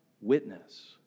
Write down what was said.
witness